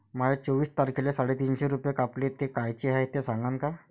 माये चोवीस तारखेले साडेतीनशे रूपे कापले, ते कायचे हाय ते सांगान का?